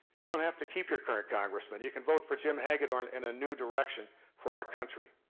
you don't have to keep your current congressman. you can vote for jim hagedorn and a new direction for our country.